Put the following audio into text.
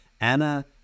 Anna